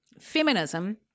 Feminism